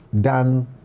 done